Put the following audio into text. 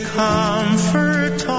comfort